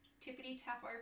tippity-tap